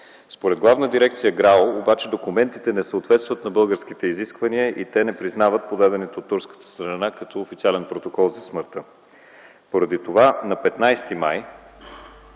Според Главна дирекция ГРАО документите обаче не съответстват на българските изисквания и не признават подадените от турска страна документи като официален протокол за смъртта. Поради това на 15 май